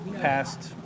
past